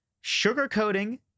sugar-coating